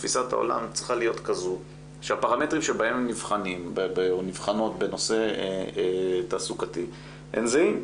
היא צריכה להיות כזו שהפרמטרים בהם נבחנות בנושא תעסוקתי הם זהים.